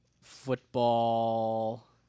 football